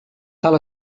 tal